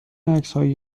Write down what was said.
عکسهای